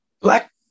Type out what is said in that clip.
black